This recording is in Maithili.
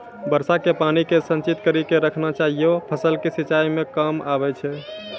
वर्षा के पानी के संचित कड़ी के रखना चाहियौ फ़सल के सिंचाई मे काम आबै छै?